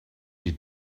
she